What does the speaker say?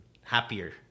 happier